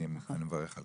אני מברך על כך.